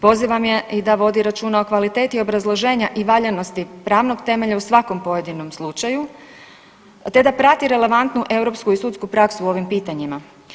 Pozivam ju i da vodi računa o kvaliteti obrazloženja i valjanosti pravnog temelja u svakom pojedinom slučaju te da prati relevantnu i sudsku praksu u ovim pitanjima.